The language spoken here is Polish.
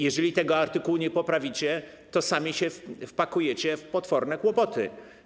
Jeżeli tego artykułu nie poprawicie, to sami się wpakujecie w potworne kłopoty.